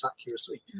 accuracy